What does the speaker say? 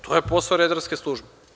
To je posao redarske službe.